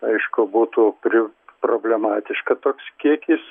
aišku būtų pri problematiška toks kiekis